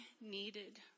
needed